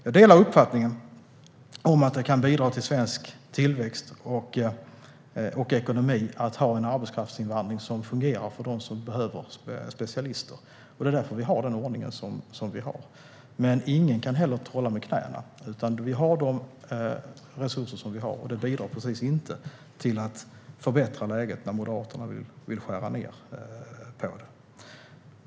Jag delar uppfattningen att det kan bidra till svensk tillväxt och ekonomi att ha en arbetskraftsinvandring som fungerar för dem som behöver specialister. Det är därför vi har den ordning som vi har. Men ingen kan heller trolla med knäna, utan vi har de resurser som vi har, och det bidrar precis inte till att förbättra läget att Moderaterna nu vill skära ned på dem.